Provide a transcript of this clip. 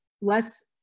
less